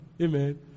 amen